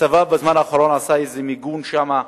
הצבא בזמן האחרון עשה איזה מיגון שם,